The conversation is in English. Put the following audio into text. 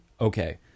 Okay